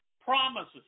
promises